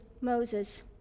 Moses